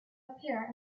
appear